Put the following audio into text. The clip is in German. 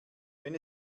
wenn